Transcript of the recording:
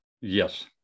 Yes